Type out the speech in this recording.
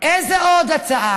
איזה עוד הצעה?